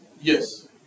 Yes